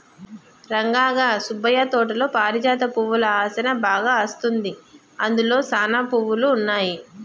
రంగా గా సుబ్బయ్య తోటలో పారిజాత పువ్వుల ఆసనా బాగా అస్తుంది, అందులో సానా పువ్వులు ఉన్నాయి